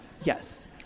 Yes